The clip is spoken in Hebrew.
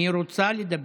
מי רוצה לדבר?